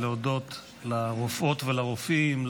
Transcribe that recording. להודות לרופאות ולרופאים,